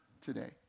today